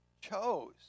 chose